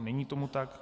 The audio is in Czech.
Není tomu tak.